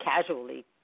casually